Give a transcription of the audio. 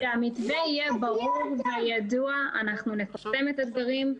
כשהוא יהיה ברור וידוע אנחנו נפרסם את הדברים.